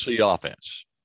offense